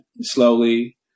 slowly